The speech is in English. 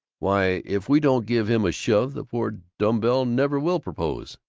why, if we don't give him a shove the poor dumb-bell never will propose!